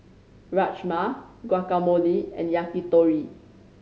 Rajma Guacamole and Yakitori